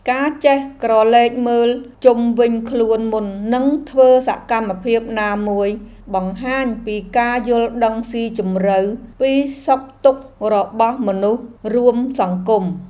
ការចេះក្រឡេកមើលជុំវិញខ្លួនមុននឹងធ្វើសកម្មភាពណាមួយបង្ហាញពីការយល់ដឹងស៊ីជម្រៅពីសុខទុក្ខរបស់មនុស្សរួមសង្គម។